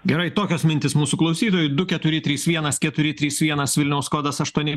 gerai tokios mintys mūsų klausytojų du keturi trys vienas keturi trys vienas vilniaus kodas aštuoni